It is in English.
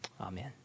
Amen